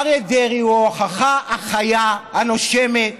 אריה דרעי הוא ההוכחה החיה, הנושמת,